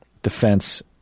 Defense